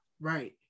Right